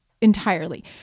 entirely